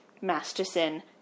Masterson